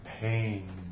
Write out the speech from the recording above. pain